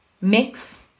Mix